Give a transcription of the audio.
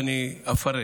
ואני אפרט.